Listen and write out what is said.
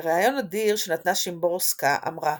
בראיון נדיר שנתנה שימבורסקה, אמרה